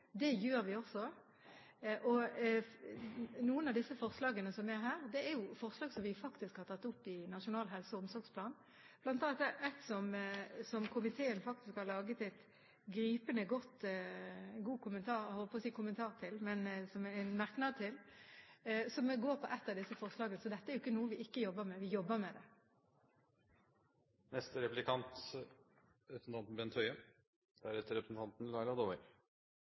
Det gjør vi også. Noen av disse forslagene er forslag som vi faktisk har tatt opp i Nasjonal helse- og omsorgsplan, bl.a. et forslag som komiteen har laget en gripende og god kommentar – hadde jeg nær sagt – til, en merknad som går på et av disse forslagene. Så dette er ikke noe vi ikke jobber med; vi jobber med det.